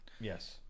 Yes